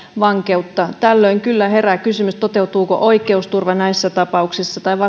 vankeutta tällöin kyllä herää kysymys toteutuuko oikeusturva näissä tapauksissa tai